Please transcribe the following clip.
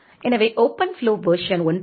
எனவே OpenFlow version 1